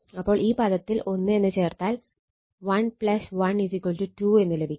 അപ്പോൾ ഈ പദത്തിൽ 1 എന്ന് ചേർത്താൽ 1 1 2 എന്ന് ലഭിക്കും